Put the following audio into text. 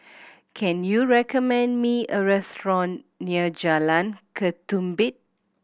can you recommend me a restaurant near Jalan Ketumbit